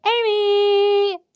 Amy